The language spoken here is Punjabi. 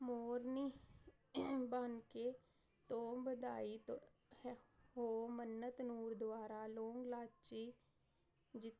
ਮੋਰਨੀ ਬਣਕੇ ਤੋਂ ਵਧਾਈ ਹੋ ਮੰਨਤ ਨੂਰ ਦੁਆਰਾ ਲੋਂਗ ਲਾਚੀ ਜਿ